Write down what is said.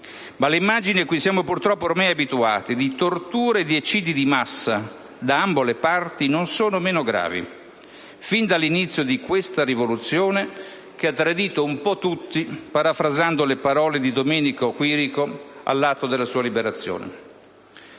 Ma le immagini a cui siamo purtroppo abituati, di torture ed eccidi di massa da ambo le parti, non sono meno gravi fin dall'inizio di questa rivoluzione che ha tradito un po' tutti, parafrasando le parole pronunciate da Domenico Quirico all'atto della sua liberazione.